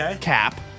cap